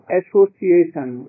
association